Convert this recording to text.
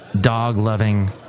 dog-loving